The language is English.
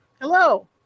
Hello